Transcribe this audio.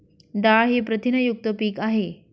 डाळ ही प्रथिनयुक्त पीक आहे